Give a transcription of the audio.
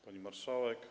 Pani Marszałek!